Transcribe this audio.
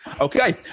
Okay